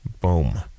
Boom